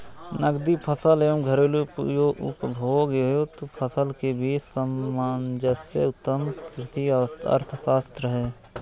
नकदी फसल एवं घरेलू उपभोग हेतु फसल के बीच सामंजस्य उत्तम कृषि अर्थशास्त्र है